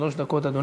שלוש דקות, אדוני.